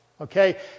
Okay